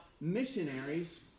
missionaries